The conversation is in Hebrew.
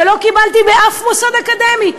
שלא קיבלתי באף מוסד אקדמי,